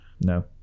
no